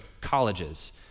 colleges